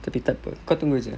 tapi takpe kau tunggu jer